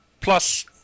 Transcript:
Plus